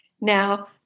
Now